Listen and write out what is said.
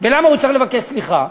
ולמה הוא צריך לבקש סליחה?